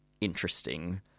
interesting